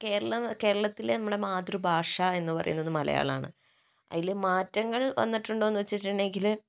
കേരളം കേരളത്തിലെ നമ്മുടെ മാതൃഭാഷ എന്ന് പറയുന്നത് മലയാളമാണ് അതിൽ മാറ്റങ്ങൾ വന്നിട്ടുണ്ടോയെന്ന് വച്ചിട്ടുണ്ടെങ്കിൽ